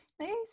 Nice